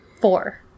four